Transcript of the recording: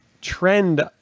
trend